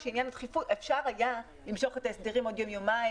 אפשר היה למשוך את ההסדרים עוד יום יומיים,